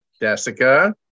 Jessica